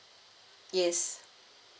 yes